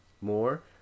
more